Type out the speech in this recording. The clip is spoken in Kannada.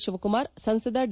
ಶಿವಕುಮಾರ್ ಸಂಸದ ಡಿ